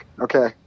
Okay